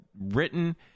written